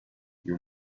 you